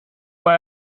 war